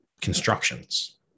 constructions